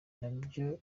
nabyo